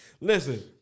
Listen